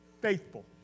faithful